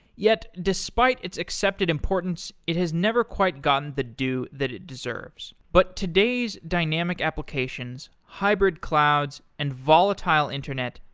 yet, despite its accepted importance, it has never quite gotten the due that it deserves. but today's dynamic applications, hybrid clouds and volatile internet,